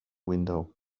window